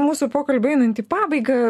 mūsų pokalbiui einant į pabaigą